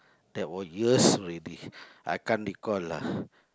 that was years already I can't recall lah